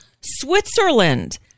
Switzerland